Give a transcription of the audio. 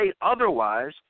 otherwise